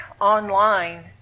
online